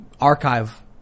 Archive